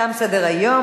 תם סדר-היום.